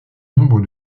nombre